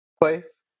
place